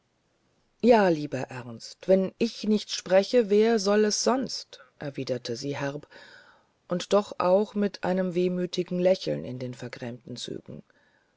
ja lieber ernst wenn ich nicht spreche wer soll es sonst erwiderte sie herb und doch auch mit einem wehmütigen lächeln in den vergrämten zügen